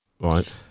Right